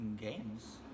games